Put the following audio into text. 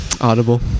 Audible